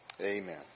Amen